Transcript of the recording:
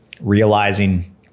realizing